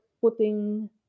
putting